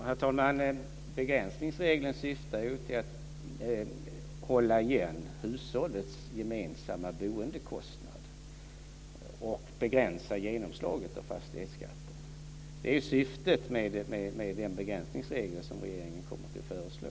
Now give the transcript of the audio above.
Herr talman! Begränsningsregeln syftar ju till att hålla igen hushållets gemensamma boendekostnad och begränsa genomslaget av fastighetsskatten. Det är ju syftet med den begränsningsregel som regeringen kommer att föreslå.